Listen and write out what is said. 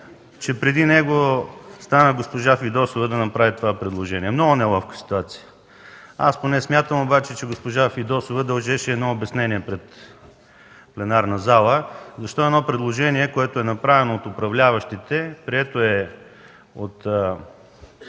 че преди него стана госпожа Фидосова да направи това предложение. Много неловка ситуация. Аз смятам, че госпожа Фидосова дължеше едно обяснение пред пленарната зала защо едно предложение, което е направено от управляващите, прието е от